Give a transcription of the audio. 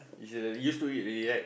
you should use to it already right